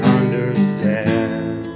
understand